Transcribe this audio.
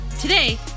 Today